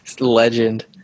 legend